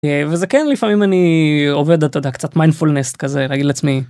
וזה כן לפעמים אני עובד, אתה קצת מיינדפלונס כזה, להגיד לעצמי.